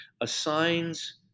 assigns